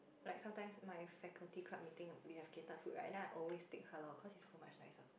like sometimes my faculty club meeting we have catered food right then I always take halal cause it's so much nicer